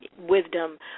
wisdom